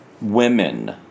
women